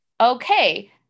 Okay